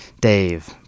Dave